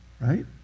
right